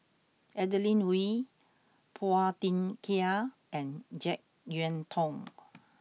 Adeline Ooi Phua Thin Kiay and Jek Yeun Thong